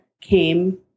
came